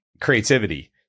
creativity